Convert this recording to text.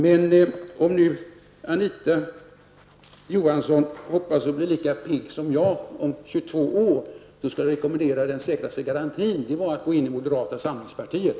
Men om Anita Johansson hoppas att vara lika pigg om 22 år som jag är nu, då skall jag rekommendera den säkraste garantin för det, nämligen att gå in i moderata samlingspartiet.